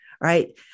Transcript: right